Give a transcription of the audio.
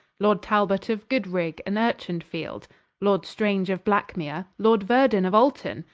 lord talbot of goodrig and vrchinfield, lord strange of blackmere, lord verdon of alton,